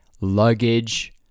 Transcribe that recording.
luggage